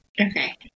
Okay